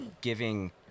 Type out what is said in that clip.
giving